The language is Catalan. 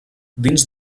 dins